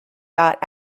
got